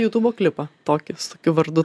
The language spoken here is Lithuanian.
jutūbo klipą tokį su tokiu vardu